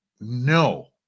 No